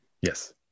Yes